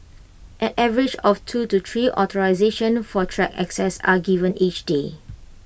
an average of two to three authorisations for track access are given each day